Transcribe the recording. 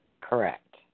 Correct